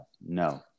No